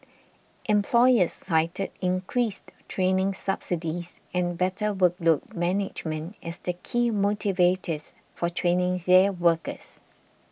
employers cited increased training subsidies and better workload management as the key motivators for training their workers